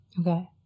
Okay